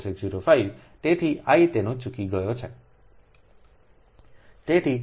4605 તેથી I તેનો ચૂકી ગયો છું